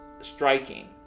striking